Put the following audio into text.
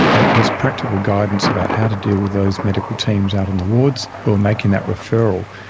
and it gives practical guidance about how to deal with those medical teams out on the wards who are making that referral,